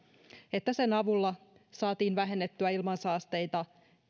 että sen avulla saatiin vähennettyä ilmansaasteita